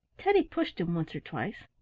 teddy pushed him once or twice,